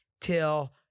till